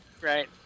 right